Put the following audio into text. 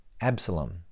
Absalom